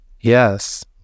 Yes